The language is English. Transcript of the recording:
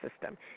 system